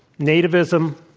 nativism,